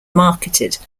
marketed